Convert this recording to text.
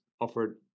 offered